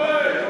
כהן.